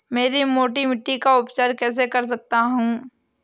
मैं मोटी मिट्टी का उपचार कैसे कर सकता हूँ?